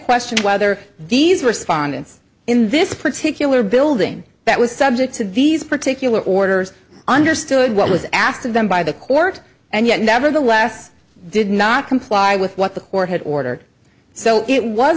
question of whether these respondents in this particular building that was subject to these particular orders understood what was asked of them by the court and yet nevertheless did not comply with what the court had ordered so it was